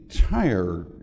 entire